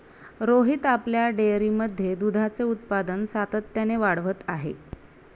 रोहित आपल्या डेअरीमध्ये दुधाचे उत्पादन सातत्याने वाढवत आहे